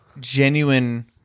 genuine